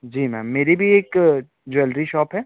जी ma'am मेरी भी एक ज्वेलरी शॉप है